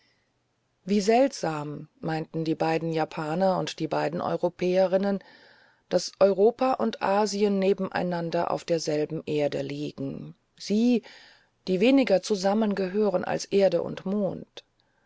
wie seltsam meinten die beiden japaner und die beiden europäerinnen daß europa und asien nebeneinander auf derselben erde liegen sie die weniger zusammengehören als erde und mond